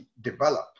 develop